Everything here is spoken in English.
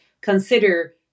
consider